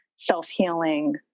self-healing